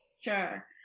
Sure